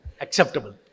Acceptable